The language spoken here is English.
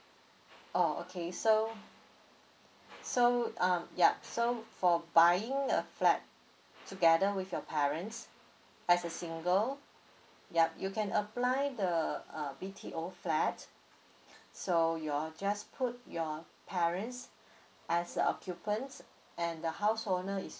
oh okay so so um yup so for buying a flat together with your parents as a single yup you can apply the uh B_T_O flat so you'll just put your parents as uh occupants and the house owner is